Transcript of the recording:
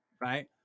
right